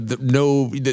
no